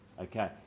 okay